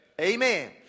Amen